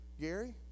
Gary